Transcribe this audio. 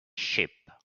sheep